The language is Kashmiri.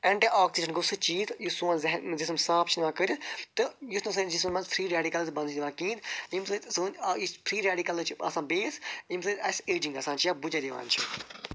اینٹی آکسِڈٮ۪نٛٹ گوٚو سُہ چیٖز یُس سون ذہن جسم صاف چھُ نِوان کٔرِتھ تہٕ یُتھ نہٕ سٲنِس جِسمَس مَنٛز فری ریڈِکَلز بنٛنہٕ چھِ دِوان کِہیٖنۍ ییٚمہِ سۭتۍ سٲنۍ آ یُس فری ریڈِکلز چھِ آسان بیس ییٚمہِ سۭتۍ اَسہِ ایجِنٛگ گَژھان چھِ یا بٕجَر یِوان چھُ